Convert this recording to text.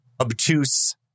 obtuse